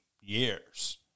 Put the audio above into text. years